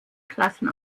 klassen